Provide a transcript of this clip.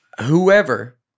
whoever